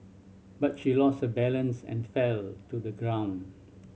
but she lost her balance and fell to the ground